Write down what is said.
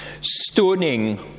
Stoning